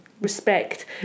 respect